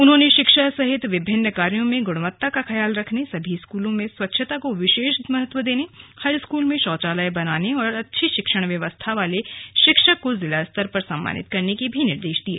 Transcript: उन्होंने शिक्षा सहित विभिन्न कार्यों में गुणवत्ता का ख्याल रखने सभी स्कूलों में स्वच्छता को विशेष महत्व देने हर स्कूल में शौचालय बनाने और अच्छी शिक्षण व्यवस्था वाले शिक्षक को जिला स्तर पर सम्मानित करने के भी निर्देश दिये